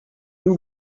nous